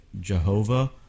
Jehovah